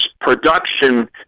production